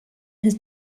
his